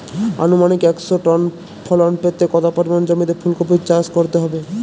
আনুমানিক একশো টন ফলন পেতে কত পরিমাণ জমিতে ফুলকপির চাষ করতে হবে?